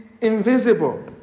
invisible